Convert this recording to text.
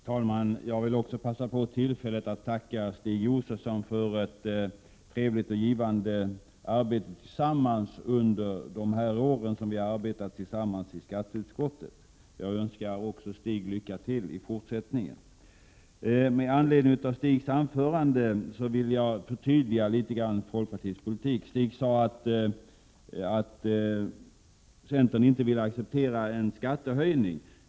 Herr talman! Jag vill också passa på tillfället att tacka Stig Josefson för ett trevligt och givande arbete under de år som vi har verkat tillsammans i skatteutskottet, och jag önskar Stig lycka till i fortsättningen. Med anledning av hans anförande vill jag litet grand förtydliga folkpartiets politik. Stig Josefson sade att centern inte vill acceptera en skattehöjning.